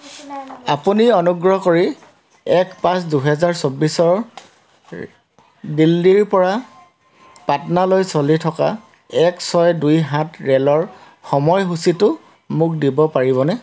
আপুনি অনুগ্ৰহ কৰি এক পাঁচ দুহেজাৰ চৌব্বিছৰ দিল্লীৰ পৰা পাটনালৈ চলি থকা এক ছয় দুই সাত ৰে'লৰ সময়সূচীটো মোক দিব পাৰিবনে